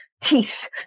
teeth